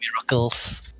miracles